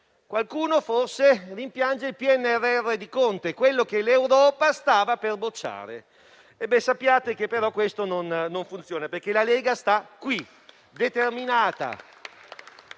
Qualcuno forse rimpiange il PNRR di Conte, quello che l'Europa stava per bocciare. Sappiate però che questo non funziona, perché la Lega sta qui, determinata,